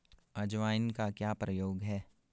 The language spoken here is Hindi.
अजवाइन का क्या प्रयोग है?